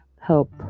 Help